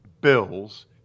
Bills